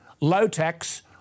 low-tax